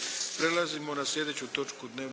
Prelazimo na slijedeću točku dnevnog